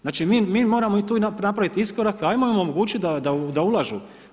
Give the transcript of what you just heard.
Znači mi moramo i tu napraviti iskorak, ajmo im omogućit da ulažu.